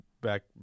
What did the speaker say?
back